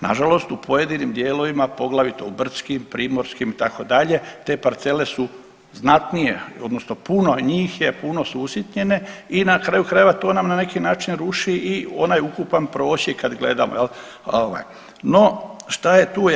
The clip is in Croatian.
Nažalost, u pojedinim dijelovima, poglavito u brdskim, primorskim itd. te parcele su znatnije odnosno puno njih je puno su usitnjene i na kraju krajeva to nam na neki način ruši i onaj ukupan prosjek kad gledamo jel ovaj, no šta je tu je.